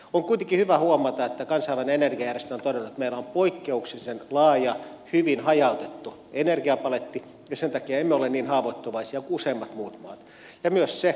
on kuitenkin hyvä huomata että kansainvälinen energiajärjestö on todennut että meillä on poikkeuksellisen laaja hyvin hajautettu energiapaletti ja sen takia emme ole niin haavoittuvaisia kuin useimmat muut maat